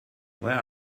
where